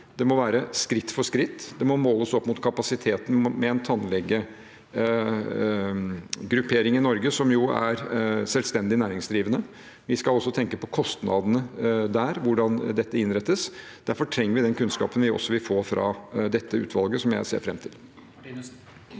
Det må være skritt for skritt. Det må måles opp mot kapasiteten til en tannlegegruppering i Norge som jo er selvstendig næringsdrivende. Vi skal også tenke på kostnadene der, hvordan dette innrettes. Derfor trenger vi den kunnskapen vi også vil få fra dette utvalget, som jeg ser fram til.